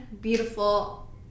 beautiful